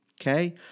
okay